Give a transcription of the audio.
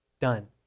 done